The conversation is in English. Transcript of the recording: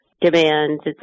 demands